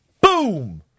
Boom